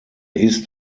ist